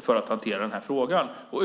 för hanteringen av frågan.